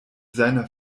seiner